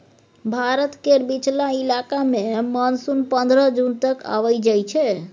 भारत केर बीचला इलाका मे मानसून पनरह जून तक आइब जाइ छै